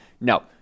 No